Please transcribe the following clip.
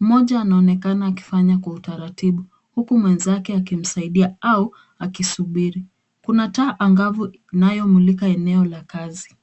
Mmoja anaonekana akifanya kwa utaratibu huku mwenzake akimsaidia au akisubiri. Kuna taa angavu inayomulika eneo la kazi.